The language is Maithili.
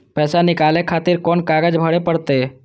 पैसा नीकाले खातिर कोन कागज भरे परतें?